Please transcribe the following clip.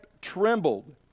trembled